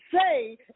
say